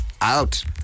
Out